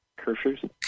Curfews